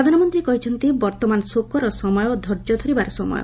ପ୍ରଧାନମନ୍ତ୍ରୀ କହିଛନ୍ତି ବର୍ତ୍ତମାନ ଶୋକର ସମୟ ଓ ଧର୍ଯ୍ୟ ଧରିବାର ସମୟ